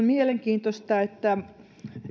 mielenkiintoista että